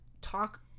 talk